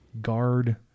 guard